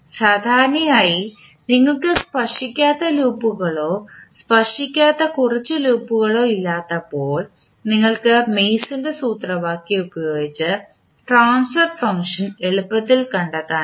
സാധാരണയായി നിങ്ങൾക്ക് സ്പർശിക്കാത്ത ലൂപ്പുകളോ സ്പർശിക്കാത്ത കുറച്ച് ലൂപ്പുകളോ ഇല്ലാത്തപ്പോൾ നിങ്ങൾക്ക് മേസൻറെ സൂത്രവാക്യം ഉപയോഗിച്ച് ട്രാൻസ്ഫർ ഫംഗ്ഷൻ എളുപ്പത്തിൽ കണ്ടെത്താനാകും